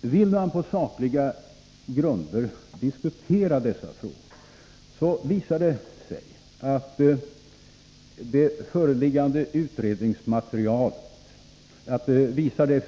Vill man på sakliga grunder diskutera dessa frågor, bör man uppmärksamma att det föreliggande utredningsmaterialet visar